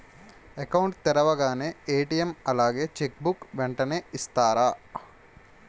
Account తెరవగానే ATM అలాగే cheque book వెంటనే ఇస్తారా?